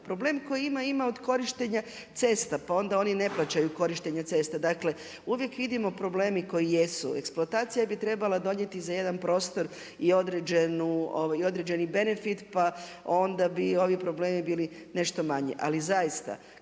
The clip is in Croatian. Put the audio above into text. Problem koji ima, ima od korištenja cesta, pa onda oni ne plaćaju korištenje cesta. Dakle, uvijek vidimo problemi koji jesu. Eksploatacija bi trebala donijeti za jedan prostor i određeni benefit, pa onda bi ovi problemi bili nešto manji. Ali zaista